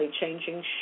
changing